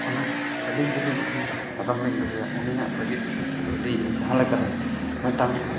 ᱚᱱᱟ ᱟᱹᱞᱤᱧ ᱡᱩᱫᱤ ᱢᱤᱫᱴᱟᱝ ᱥᱟᱫᱚᱢ ᱞᱤᱧ ᱫᱚᱦᱚᱭᱮᱭᱟ ᱩᱱᱤᱭᱟᱜ ᱵᱷᱟᱹᱜᱤ ᱟᱹᱞᱤᱧ ᱡᱟᱦᱟᱸ ᱞᱮᱠᱟᱨᱮ ᱢᱤᱫᱴᱟᱝ